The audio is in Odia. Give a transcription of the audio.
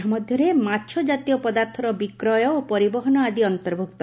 ଏହା ମଧ୍ୟରେ ମାଛ ଜାତୀୟ ପଦାର୍ଥର ବିକ୍ରୟ ଓ ପରିବହନ ଆଦି ଅନ୍ତର୍ଭୁକ୍ତ